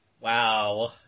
Wow